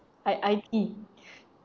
I I_T